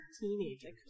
teenagers